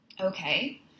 Okay